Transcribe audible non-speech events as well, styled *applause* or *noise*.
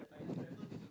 *breath*